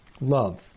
love